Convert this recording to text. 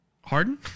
Harden